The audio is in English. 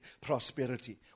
prosperity